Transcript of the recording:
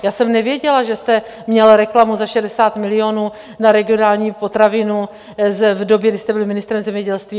Já jsem nevěděla, že jste měl reklamu za 60 milionů na Regionální potravinu v době, kdy jste byl ministrem zemědělství.